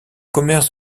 commerce